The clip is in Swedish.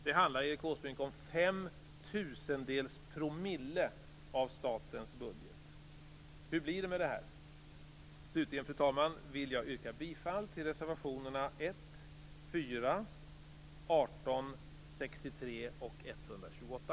Det handlar, Erik Åsbrink, om fem tusendels promille av statens budget. Hur blir det med detta? Slutligen, fru talman, vill jag yrka bifall till reservationerna 1, 4, 18, 63 och 128.